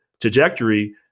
trajectory